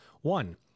One